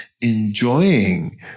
enjoying